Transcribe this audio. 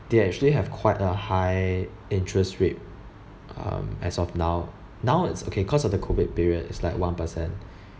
they actually have quite a high interest rate um as of now now it's okay cause of the COVID period is like one percent